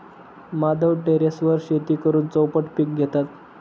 माधव टेरेसवर शेती करून चौपट पीक घेतात